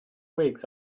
weeks